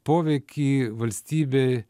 poveikį valstybei